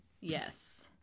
Yes